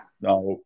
Now